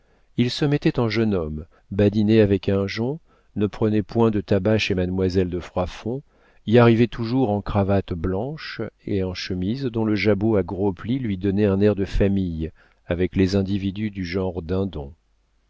il se mettait en jeune homme badinait avec un jonc ne prenait point de tabac chez mademoiselle de froidfond y arrivait toujours en cravate blanche et en chemise dont le jabot à gros plis lui donnait un air de famille avec les individus du genre